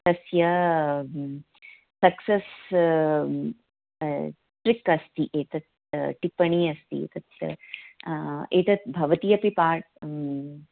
तस्य success trick अस्ति एतत् टिप्पणी अस्ति एतत् एतत् भवती अपि पार्ट्